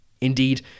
Indeed